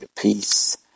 peace